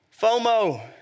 FOMO